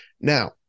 Now